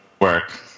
work